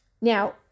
now